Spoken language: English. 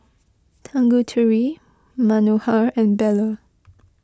Tanguturi Manohar and Bellur